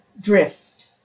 drift